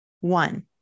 one